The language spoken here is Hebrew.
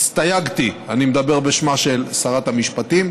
הסתייגתי, אני מדבר בשמה של שרת המשפטים,